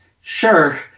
Sure